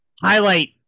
highlight